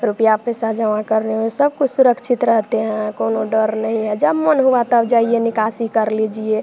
रुपया पैसा जमा करने में सबकुछ सुरक्षित रहते हैं कोई डर नहीं है जब मन हुआ तब जाइए निकासी कर लीजिए